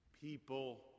people